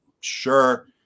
sure